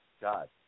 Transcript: God